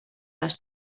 les